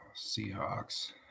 Seahawks